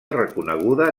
reconeguda